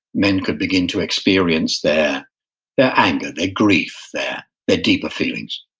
men could begin to experience their their anger, their grief, their ah deeper feelings